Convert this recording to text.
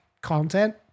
content